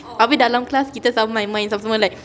abeh dalam kelas kita selalu main-main sama-sama like